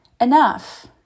enough